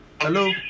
Hello